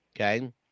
Okay